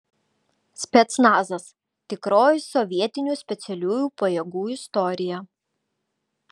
specnazas tikroji sovietinių specialiųjų pajėgų istorija